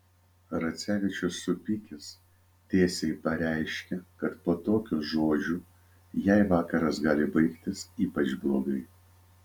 racevičius supykęs tiesiai pareiškė kad po tokių žodžių jai vakaras gali baigtis ypač blogai